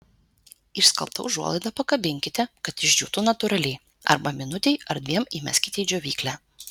išskalbtą užuolaidą pakabinkite kad išdžiūtų natūraliai arba minutei ar dviem įmeskite į džiovyklę